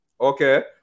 Okay